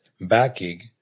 backing